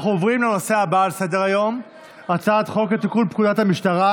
בואו נחלק כרטיס מועדון לכל מי שרוצה.